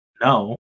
No